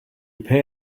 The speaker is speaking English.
pay